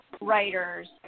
writers